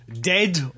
Dead